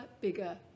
bigger